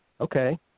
okay